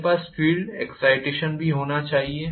मेरे पास field excitation भी होना चाहिए